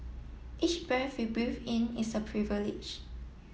each breath we breathe in is a privilege